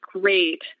great